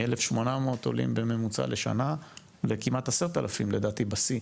מ-1,800 עולים בממוצע לשנה לכמעט 10,000 בשיא.